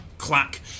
Clack